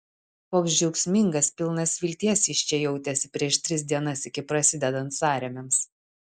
koks džiaugsmingas pilnas vilties jis čia jautėsi prieš tris dienas iki prasidedant sąrėmiams